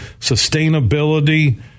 Sustainability